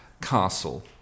castle